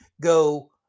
go